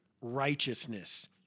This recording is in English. righteousness